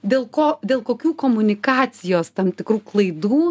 dėl ko dėl kokių komunikacijos tam tikrų klaidų